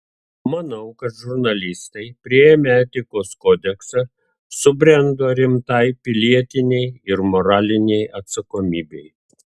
manau kad žurnalistai priėmę etikos kodeksą subrendo rimtai pilietinei ir moralinei atsakomybei